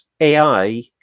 ai